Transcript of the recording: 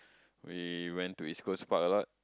we went to East-Coast-Park a lot